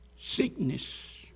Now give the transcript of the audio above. sickness